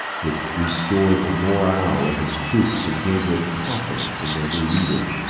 it restored the morale of his troops and gave them confidence in their new leader,